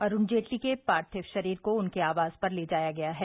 अरूण जेटली के पार्थिव शरीर को उनके आवास ले जाया गया है